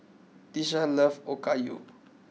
Tisha loves Okayu